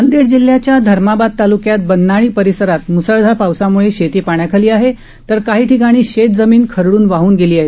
नांदेड जिल्ह्य़ाच्या धर्माबाद तालुक्यात बन्नाळी परिसरात मुसळधार पावसामुळे शेती पाण्याखाली तर काही ठिकाणी शेतजमीन खरडून वाहून गेली आहे